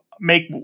make